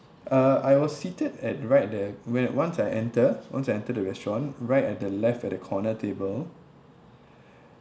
uh I was seated at right the when once I enter once I entered the restaurant right at the left at the corner table